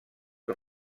que